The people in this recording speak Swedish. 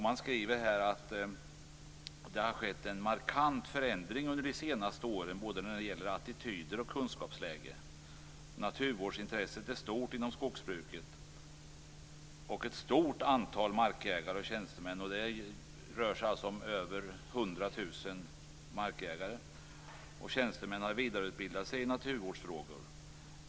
Man skriver att det har skett en markant förändring under de senaste åren både när det gäller attityder och kunskapsläge. Naturvårdsintresset är stort inom skogsbruket, och ett stort antal markägare och tjänstemän - det rör sig om över 100 000 markägare - har vidareutbildat sig i naturvårdsfrågor.